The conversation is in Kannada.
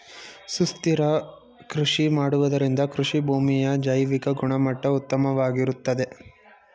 ಸುಸ್ಥಿರ ಕೃಷಿ ಮಾಡುವುದರಿಂದ ಕೃಷಿಭೂಮಿಯ ಜೈವಿಕ ಗುಣಮಟ್ಟ ಉತ್ತಮವಾಗಿರುತ್ತದೆ